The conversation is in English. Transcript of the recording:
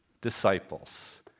disciples